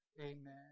Amen